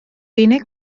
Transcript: unig